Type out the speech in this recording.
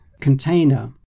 container